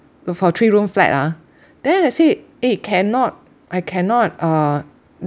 look for three room flat ah then I say eh cannot I cannot uh